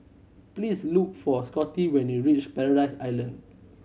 please look for Scotty when you reach Paradise Island